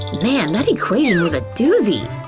man, that equation was a doozy.